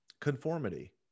Conformity